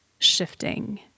shifting